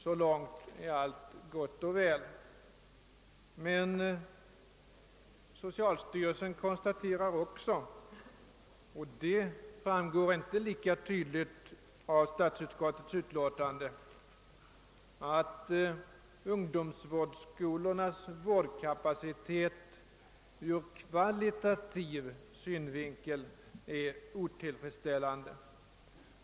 Så långt är allt gott och väl. Socialstyrelsen konstaterar emellertid också, och det framgår inte lika tydligt av statsutskottets utlåtande, att ungdomsvårdsskolornas vårdkapacitet ur kvalitativ synpunkt är otillfredsställande.